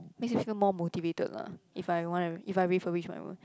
makes me feel more motivated lah if I want if I refurnish my room